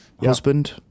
husband